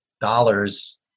dollars